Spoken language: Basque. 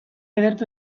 ederto